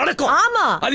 and grandma! i mean